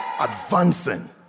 Advancing